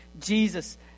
Jesus